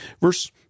verse